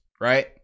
right